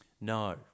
No